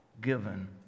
given